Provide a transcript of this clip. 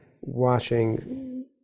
washing